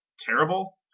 terrible